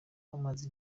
amaze